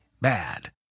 bad